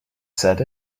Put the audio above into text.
said